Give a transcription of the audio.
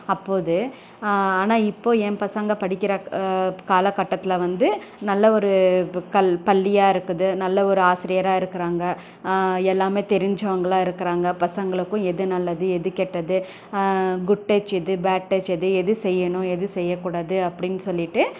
அப்போது ஆனால் இப்போ என் பசங்க படிக்கிற காலகட்டத்தில் வந்து நல்ல ஒரு கல் பள்ளியாருக்குது நல்ல ஒரு ஆசிரியராக இருக்கிறாங்க எல்லாமே தெரிஞ்சவங்களா இருக்கிறாங்க பசங்களுக்கும் எது நல்லது எது கெட்டது குட் டச் எது பேட் டச் எது எது செய்யணும் எது செய்யக் கூடாது அப்படின்னு சொல்லிட்டு